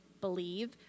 believe